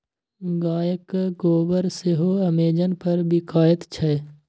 गायक गोबर सेहो अमेजन पर बिकायत छै